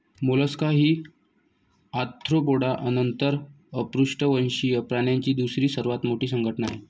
Mollusca ही arthropoda नंतर अपृष्ठवंशीय प्राण्यांची दुसरी सर्वात मोठी संघटना आहे